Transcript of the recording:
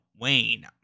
Wayne